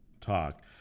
talk